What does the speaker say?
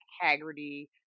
Haggerty